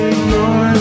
Ignore